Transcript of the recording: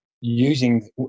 using